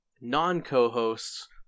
non-co-hosts